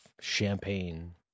champagne